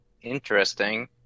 Interesting